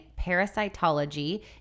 parasitology